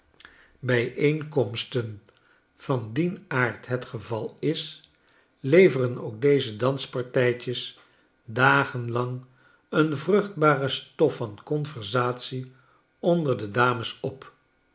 bijeenkomsten van dien aard het geval is leveren ook deze danspartijtjes dagen lang een vruchtbare stof van conversatie onder de dames op